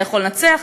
אתה יכול לנצח,